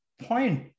point